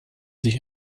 sich